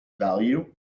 value